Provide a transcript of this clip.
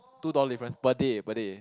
two dollar difference per day per day